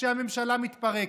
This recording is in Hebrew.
כשהממשלה מתפרקת,